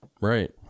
right